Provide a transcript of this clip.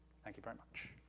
thank you very much.